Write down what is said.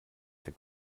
der